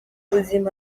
buzima